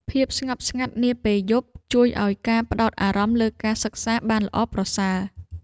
ភាពស្ងប់ស្ងាត់នាពេលយប់ ជួយឱ្យការផ្តោតអារម្មណ៍លើការសិក្សាបានល្អប្រសើរ។